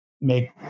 make